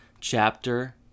chapter